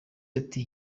ati